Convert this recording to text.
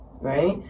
right